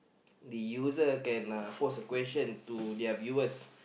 the user can uh post a question to their viewers